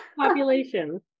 Population